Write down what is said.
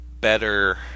better